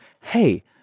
hey